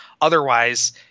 otherwise